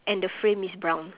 and the frame is brown